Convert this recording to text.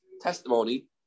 testimony